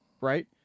right